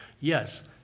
Yes